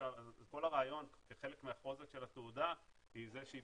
כל הרעיון כחלק מהחוזק של התעודה היא זה שהיא